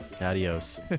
Adios